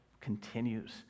continues